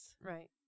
Right